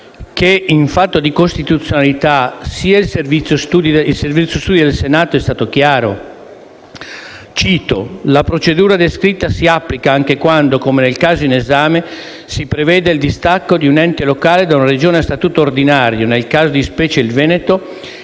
che in fatto di costituzionalità il Servizio studi del Senato è stato chiaro, affermando che: «la procedura descritta si applica anche quando, come nel caso in esame, si prevede il distacco di un ente locale da una Regione a statuto ordinario (nel caso di specie il Veneto)